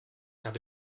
habe